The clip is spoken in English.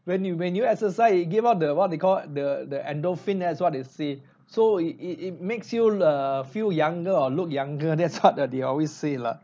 when you when you exercise it give up the what they call the the endorphin that's what they say so it it it makes you err feel younger or look younger that's what lah they always say lah